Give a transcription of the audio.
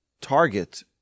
target